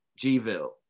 gville